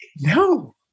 No